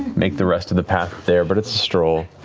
make the rest of the path there, but it's a stroll.